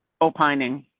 oh, pining